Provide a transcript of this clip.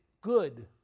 good